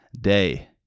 day